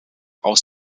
aus